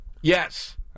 Yes